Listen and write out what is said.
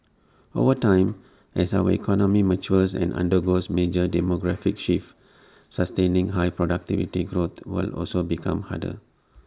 over time as our economy matures and undergoes major demographic shifts sustaining high productivity growth will also become harder